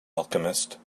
alchemist